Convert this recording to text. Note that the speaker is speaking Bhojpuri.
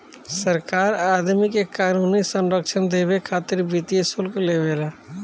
सरकार आदमी के क़ानूनी संरक्षण देबे खातिर वित्तीय शुल्क लेवे ला